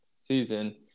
season